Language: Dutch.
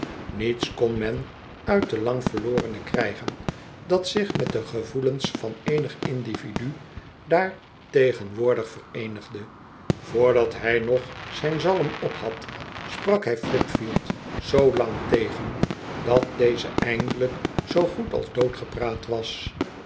niets kon men uit den lang verlorene krijgen dat zich met de gevoelens van eenig individu daar tegenwoordig vereenigde voordat hij nog zijn zalm ophad sprak hij flipfield zoo lang tegen dat deze eindelijk zoo goed als dood gepraat was